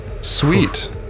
Sweet